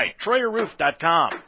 TroyerRoof.com